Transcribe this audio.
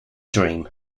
dream